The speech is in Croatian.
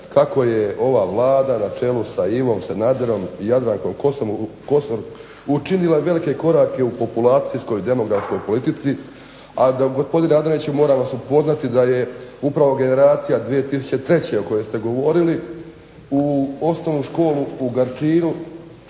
kako je ova Vlada na čelu sa Ivom Sanaderom, Jadrankom Kosor učinila velike korake u populacijskoj, demografskoj politici. A gospodine Adaniću moram vas upoznati da je upravo generacija 2003. o kojoj ste govorili u osnovnu školu u Garčinu